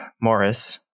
Morris